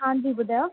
हांजी बुधायो